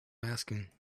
asking